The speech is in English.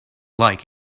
like